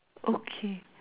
okay